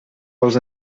pels